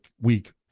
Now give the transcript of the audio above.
week